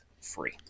free